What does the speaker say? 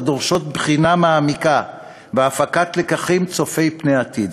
הדורשות בחינה מעמיקה והפקת לקחים צופי פני עתיד.